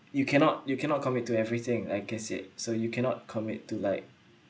you cannot you cannot commit to everything I can say so you cannot commit to like